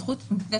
אין זכות מוקנית.